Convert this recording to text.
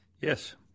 Yes